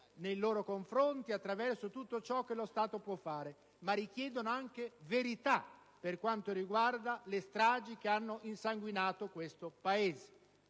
nei loro confronti attraverso tutto ciò che lo Stato può fare; ma chiedono anche verità per quanto riguarda le stragi che hanno insanguinato questo Paese: